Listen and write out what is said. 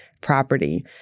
property